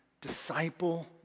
disciple